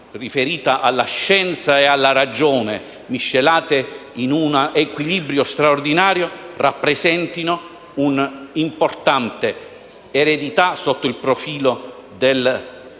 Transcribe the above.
riferita alla scienza e alla ragione, miscelate in un equilibrio straordinario, rappresentino un'importante eredità sotto il profilo del percorso